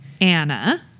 Anna